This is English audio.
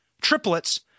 triplets